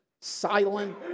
silent